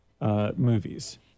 movies